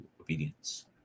obedience